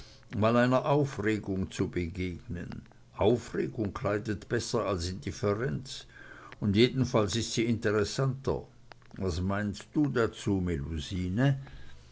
mal einer aufregung zu begegnen aufregung kleidet besser als indifferenz und jedenfalls ist sie interessanter was meinst du dazu